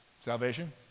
Salvation